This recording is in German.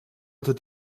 oder